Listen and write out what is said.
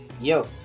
Yo